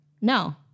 No